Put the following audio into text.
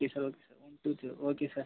yes sir okay sir one two zero okay sir